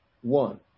One